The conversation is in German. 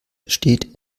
steht